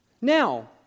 Now